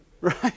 Right